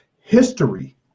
History